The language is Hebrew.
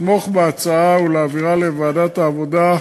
לתמוך בהצעה ולהעבירה לוועדת העבודה,